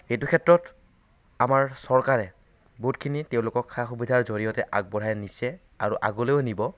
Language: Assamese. এইটো ক্ষেত্ৰত আমাৰ চৰকাৰে বহুতখিনি তেওঁলোকক সা সুবিধাৰ জৰিয়তে আগবঢ়াই নিছে আৰু আগলৈও নিব